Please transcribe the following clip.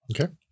Okay